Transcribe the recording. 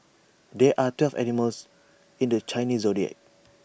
there are twelve animals in the Chinese Zodiac